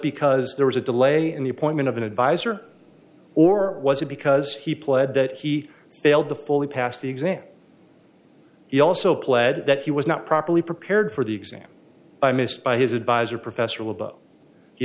because there was a delay in the appointment of an advisor or was it because he pled that he failed to fully pass the exam he also pled that he was not properly prepared for the exam by missed by his advisor professor